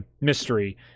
Mystery